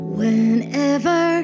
Whenever